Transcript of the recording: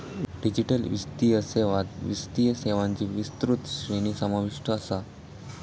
digital वित्तीय सेवात वित्तीय सेवांची विस्तृत श्रेणी समाविष्ट असा